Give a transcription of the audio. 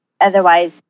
Otherwise